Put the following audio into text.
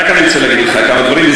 רק אני רוצה להגיד לך כמה דברים.